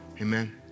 Amen